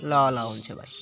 ल ल हुन्छ भाइ